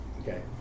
okay